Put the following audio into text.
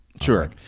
Sure